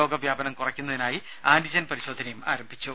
രോഗ വ്യാപനം കുറക്കുന്നതിനായി ആന്റിജൻ പരിശോധനയും ആരംഭിച്ചു